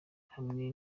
hamwe